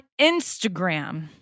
Instagram